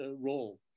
role